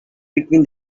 between